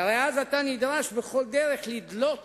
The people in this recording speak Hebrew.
שהרי אז אתה נדרש בכל דרך לדלות